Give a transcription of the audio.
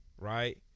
right